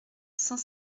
cent